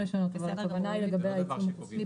נבדוק אם יש מקום לשנות.